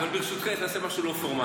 אבל ברשותך, השרה, נעשה משהו לא פורמלי.